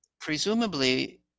presumably